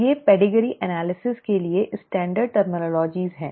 ये पेडिग्री विश्लेषण के लिए मानक शब्दावली हैं